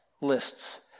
lists